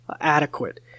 adequate